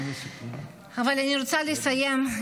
אבל אני רוצה לסיים,